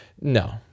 No